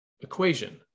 equation